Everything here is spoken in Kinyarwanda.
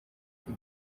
iki